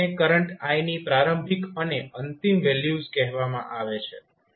તો આને current i ની પ્રારંભિક અને અંતિમ વેલ્યુઝ કહેવામાં આવે છે